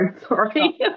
sorry